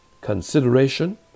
consideration